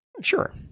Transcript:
Sure